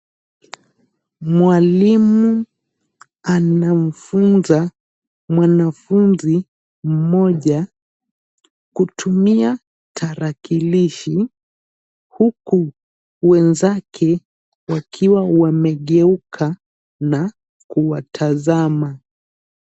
Mwalimu anamfunza mwanafunzi mmoja kutumia tarakilishi huku wenzake wakiwa wamegeuka na kuwatazama.